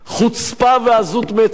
חוצפה ועזות מצח.